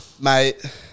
Mate